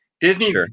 Disney